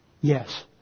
Yes